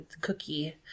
cookie